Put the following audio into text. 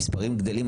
המספרים גדלים,